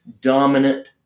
dominant